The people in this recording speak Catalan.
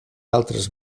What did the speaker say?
altres